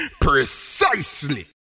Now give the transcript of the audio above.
precisely